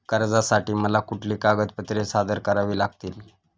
कर्जासाठी मला कुठली कागदपत्रे सादर करावी लागतील?